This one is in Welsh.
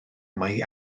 mai